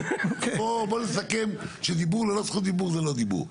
בוא נסכם שדיבור ללא זכות דיבור זה לא דיבור.